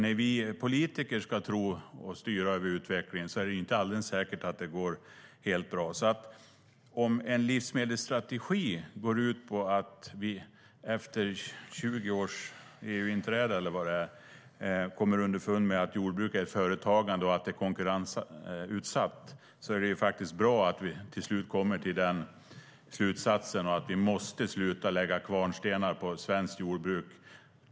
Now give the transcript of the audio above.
När vi politiker ska styra över utvecklingen är det inte alldeles säkert att det går helt bra. Om en livsmedelsstrategi går ut på att vi 20 år efter EU-inträdet kommer underfund med att jordbruk är ett företagande och är konkurrensutsatt är det faktiskt bra att vi till slut kommer till den slutsatsen att vi måste sluta att lägga kvarnstenar på svenskt jordbruk.